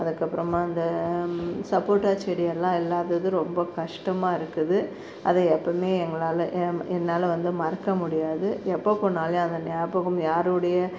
அதுக்கு அப்புறமாக அந்த சப்போட்டா செடியெல்லாம் இல்லாதது ரொம்ப கஷ்டமாக இருக்குது அது எப்போவுமே எங்களால என்னால் வந்து மறக்க முடியாது எப்போ போனாலும் அந்த நியாபகம் யாருடைய